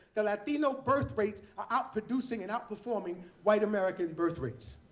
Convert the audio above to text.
the latino birthrates are outproducing and outperforming white american birth rates.